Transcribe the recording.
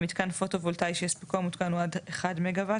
מיתקן פוטו וולטאי - שהספקו המותקן הוא עד 1 מגוואט